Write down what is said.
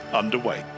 underway